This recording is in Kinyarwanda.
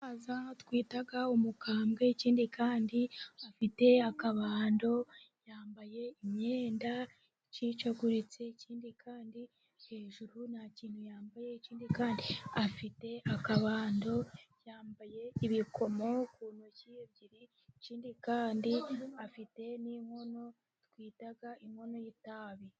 Umusaza twita umukambwe. Ikindi kandi afite akabando, yambaye imyenda icikaguritse. Ikindi kandi hejuru nta kintu yambaye, ikindi kandi afite akabando yambaye ibikomo ku ntoki ebyiri, ikindi kandi afite n'inkono twita inkono y'itabi.